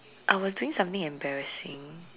I was doing something embarrassing